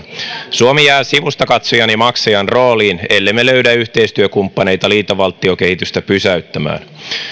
suomi jää sivustakatsojan ja maksajan rooliin ellemme löydä yhteistyökumppaneita liittovaltiokehitystä pysäyttämään